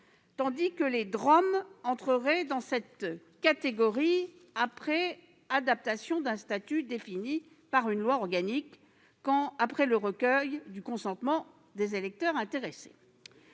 tandis que les DROM entreraient dans cette catégorie après adaptation d'un statut défini par une loi organique et après recueil du consentement des électeurs intéressés.